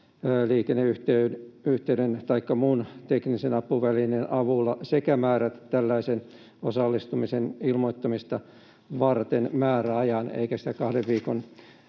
tietoliikenneyhteyden taikka muun teknisen apuvälineen avulla sekä määrätä tällaisen osallistumisen ilmoittamista varten määrä-ajan”, eikä sitä kahden viikon